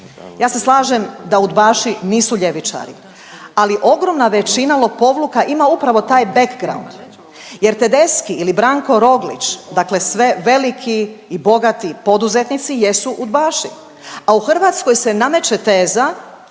Ja se slažem da udbaši nisu ljevičari, ali ogromna većina lopovluka ima upravo taj background jer Tedeschi ili Branko Roglić, dakle sve veliki i bogati poduzetnici jesu udbaši, a u Hrvatskoj se nameće teza